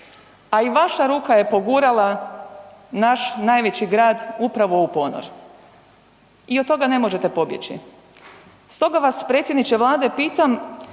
a i vaša ruka je pogurala naš najveći grad upravo u ponor i od toga ne možete pobjeći. Stoga vas predsjedniče Vlade pitam,